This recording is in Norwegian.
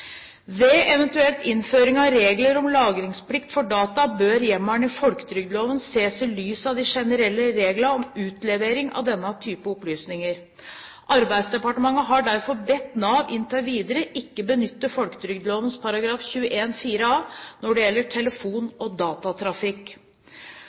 Ved eventuell innføring av regler om lagringsplikt for data bør hjemmelen i folketrygdloven ses i lys av de generelle reglene om utlevering av denne typen opplysninger. Arbeidsdepartementet har derfor bedt Nav inntil videre ikke benytte folketrygdloven § 21-4 a når det gjelder telefon-